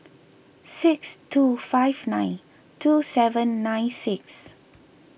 six two five nine two seven nine six